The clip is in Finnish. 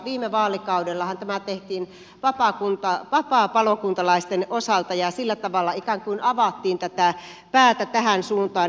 viime vaalikaudellahan tämä tehtiin vapaapalokuntalaisten osalta ja sillä tavalla ikään kuin avattiin päätä tähän suuntaan